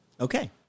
Okay